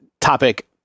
topic